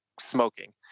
smoking